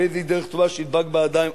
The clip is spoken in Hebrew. ואיזוהי דרך טובה שידבק בה האדם?